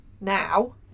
now